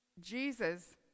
Jesus